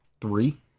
three